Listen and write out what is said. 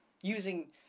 using